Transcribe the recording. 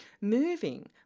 moving